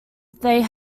they